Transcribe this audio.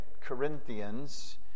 Corinthians